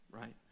right